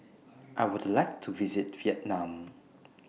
I Would like to visit Vietnam